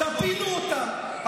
תפילו אותה,